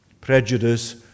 Prejudice